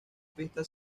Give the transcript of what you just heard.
pista